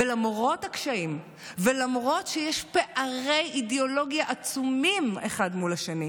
ולמרות הקשיים ולמרות שיש פערי אידיאולוגיה עצומים אחד מול השני,